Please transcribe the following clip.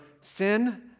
sin